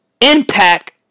impact